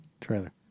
trailer